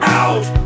out